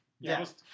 Yes